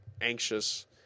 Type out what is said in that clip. anxious